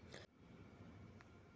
मंदी जैसन खतरनाक हलात के चुनौती खरा हइ